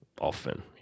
often